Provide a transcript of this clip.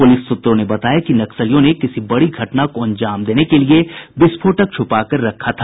police सूत्रों ने बताया कि नक्सलियों ने किसी बड़ी घटना को अंजाम देने के लिये विस्फोटक छुपाकर रखा था